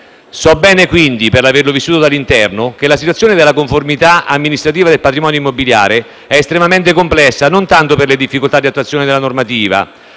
So bene quindi, per averlo vissuto dall’interno, che la situazione della conformità amministrativa del patrimonio immobiliare è estremamente complessa, non tanto per le difficoltà di attuazione della normativa,